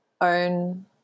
own